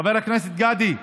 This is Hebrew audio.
חבר הכנסת גדי,